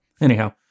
Anyhow